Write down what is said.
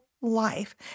life